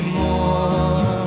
more